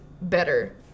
better